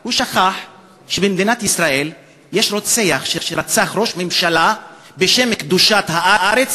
הוא שכח שבמדינת ישראל יש רוצח שרצח ראש ממשלה בשם קדושת הארץ,